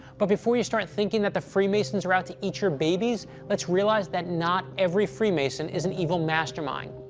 but before you start thinking that the freemasons are out to eat your babies, let's realize that not every freemason is an evil mastermind.